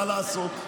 מה לעשות?